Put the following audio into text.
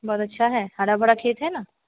बहुत अच्छा है हरा भरा खेत है ना